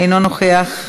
אינה נוכחת,